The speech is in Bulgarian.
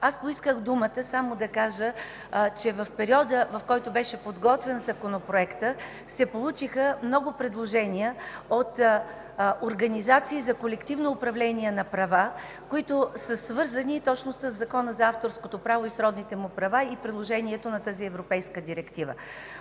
поисках думата само да кажа, че в периода, в който беше подготвен Законопроектът, се получиха много предложения от организации за колективно управление на права, които са свързани точно със Закона за авторското право и сродните му права и приложението на тази европейска директива.